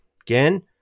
Again